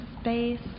space